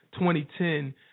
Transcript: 2010